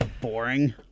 Boring